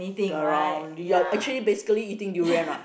you are actually basically eating durian what